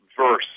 verse